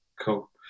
cool